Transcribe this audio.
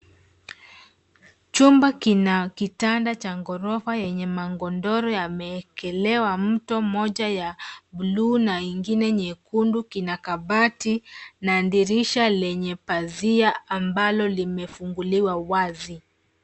Chumba kina kitanda cha ghorofa yenye magodoro yamewekelewa mto mmoja buluu na ingine nyekundu. Kina kabati na dirisha lenye pazia ambalo imefunguliwa wazi.